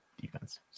defense